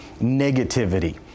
negativity